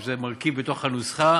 זה מרכיב בתוך הנוסחה,